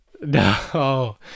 no